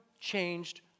changed